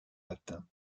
latin